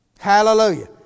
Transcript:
Hallelujah